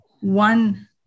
one